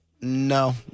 No